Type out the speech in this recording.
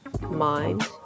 mind